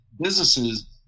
businesses